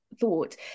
thought